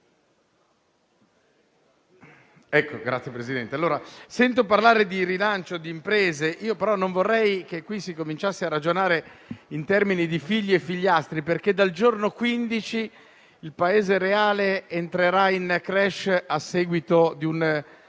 Signor Presidente, sento parlare di rilancio di imprese, però non vorrei che qui si cominciasse a ragionare in termini di figli e figliastri, perché dal 15 ottobre il Paese reale entrerà in *crash* a seguito di un